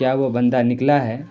کیا وہ بندہ نکلا ہے